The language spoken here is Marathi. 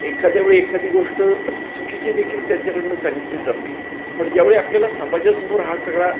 एखाद्या वेळी एखादी गोष्ट चुकीची देखील त्यांच्याकडनं सांगितली जाते पण ज्यावेळी आपल्याला समाजासमोर हा सगळा